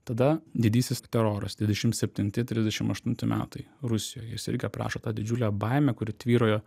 tada didysis teroras dvidešim septinti trisdešim aštunti metai rusijoje jis irgi aprašo tą didžiulę baimę kuri tvyrojo